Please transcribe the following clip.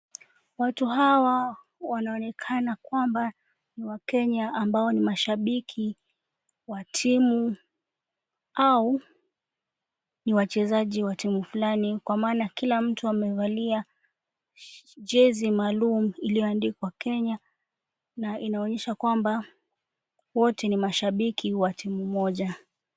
Watu hawa wanaonekana kwamba ni wa Kenya ambao ni mashabiki wa timu au ni wachezaji wa timu fulani kwa maana kila mtu amevalia jezi maalum iliyoandikwa Kenya na inaonyesha kwamba wote ni mashabiki wa timu moja.